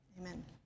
Amen